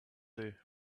day